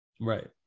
Right